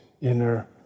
inner